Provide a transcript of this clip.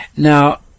Now